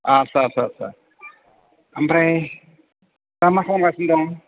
आदसा ओमफ्राय दा मा खालामगासिनो दं